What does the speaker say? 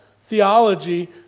theology